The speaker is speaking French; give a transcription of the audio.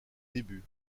début